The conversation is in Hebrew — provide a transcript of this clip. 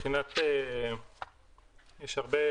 יש הרבה